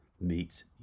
meets